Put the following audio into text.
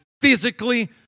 physically